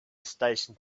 station